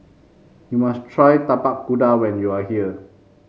you must try Tapak Kuda when you are here